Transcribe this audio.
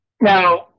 Now